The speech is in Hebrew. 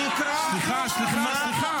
--- סליחה, סליחה, סליחה.